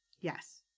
Yes